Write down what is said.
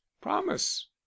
promise